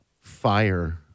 fire